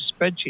spreadsheet